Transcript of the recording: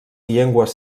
llengües